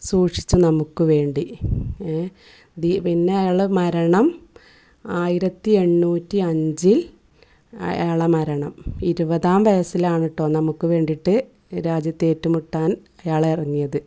സൂക്ഷിച്ചു നമുക്കു വേണ്ടി ദി പിന്നയാളുടെ മരണം ആയിരത്തിയെണ്ണൂറ്റി അഞ്ചില് അയാളുടെ മരണം ഇരുപതാം വയസ്സിലാണ് കേട്ടോ നമുക്കു വേണ്ടിയിട്ട് ഈ രാജ്യത്തേറ്റുമുട്ടാന് അയാളിറങ്ങിയത്